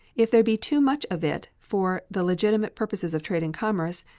if there be too much of it for the legitimate purposes of trade and commerce,